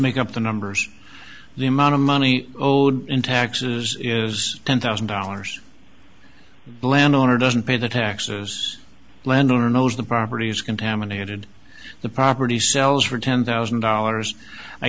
make up the numbers the amount of money owed in taxes is ten thousand dollars blan owner doesn't pay the taxes landowner knows the property is contaminated the property sells for ten thousand dollars i